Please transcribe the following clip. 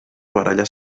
baralles